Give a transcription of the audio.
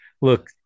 Look